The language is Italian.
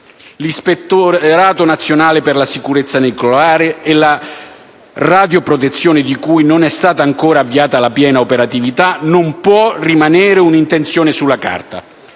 L'Ispettorato nazionale per la sicurezza nucleare e la radioprotezione, di cui non è stata ancora avviata la piena operatività, non può più rimanere un'intenzione sulla carta.